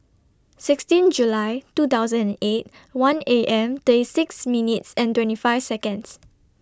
sixteen July two thousand and eight one A M thirty six minutes twenty five Seconds